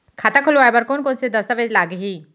खाता खोलवाय बर कोन कोन से दस्तावेज लागही?